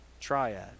triad